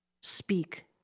speak